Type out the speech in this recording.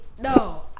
no